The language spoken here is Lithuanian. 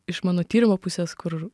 iš mano tyrimo pusės kur